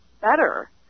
better